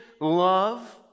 love